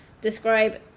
describe